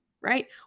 right